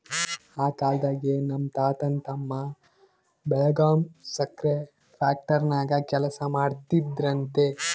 ಆ ಕಾಲ್ದಾಗೆ ನಮ್ ತಾತನ್ ತಮ್ಮ ಬೆಳಗಾಂ ಸಕ್ರೆ ಫ್ಯಾಕ್ಟರಾಗ ಕೆಲಸ ಮಾಡ್ತಿದ್ನಂತೆ